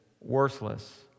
worthless